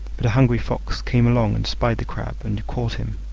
but a hungry fox came along and spied the crab and caught him.